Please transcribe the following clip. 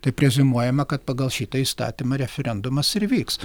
taip preziumuojame kad pagal šitą įstatymą referendumas ir vyks